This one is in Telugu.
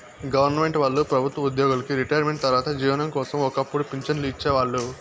గొవర్నమెంటు వాళ్ళు ప్రభుత్వ ఉద్యోగులకి రిటైర్మెంటు తర్వాత జీవనం కోసం ఒక్కపుడు పింఛన్లు ఇచ్చేవాళ్ళు